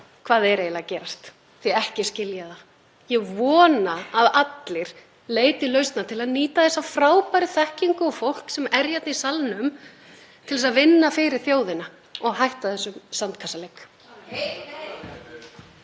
hvað sé eiginlega að gerast, því að ekki skil ég það. Ég vona að allir leiti lausna til að nýta þessa frábæru þekkingu og fólk sem er hérna í salnum til að vinna fyrir þjóðina og hætta þessum sandkassaleik.